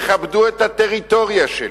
יכבדו את הטריטוריה שלי,